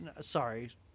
Sorry